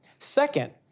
Second